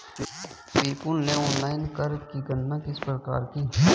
विपुल ने ऑनलाइन कर की गणना किस प्रकार की?